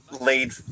laid